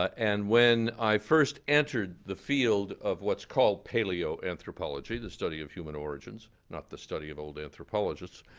and when i first entered the field of what's called paleo-anthropology the study of human origins, not the study of old anthropologists.